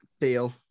Deal